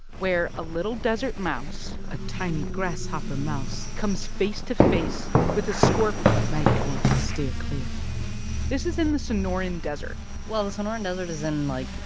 where a little desert mouse. a tiny grasshopper mouse. comes face to face with a scorpion. might want to steer clear this is in the sonoran desert well, the sonoran desert is in, like,